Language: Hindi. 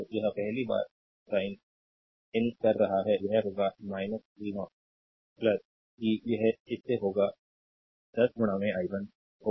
तो यह पहली बार साइन इन कर रहा है यह होगा v0 कि यह इससे होगा 10 i1 होगा